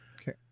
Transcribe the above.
Okay